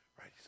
right